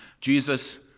Jesus